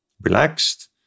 relaxed